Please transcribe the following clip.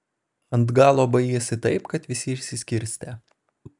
ant galo baigėsi taip kad visi išsiskirstė